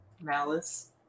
malice